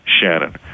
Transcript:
Shannon